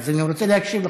אז אני רוצה להקשיב לך.